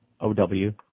O-W